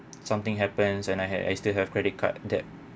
something happens and I had I still have credit card debt